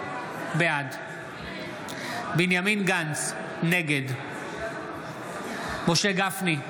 בעד בנימין גנץ, נגד משה גפני,